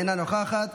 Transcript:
אינה נוכחת,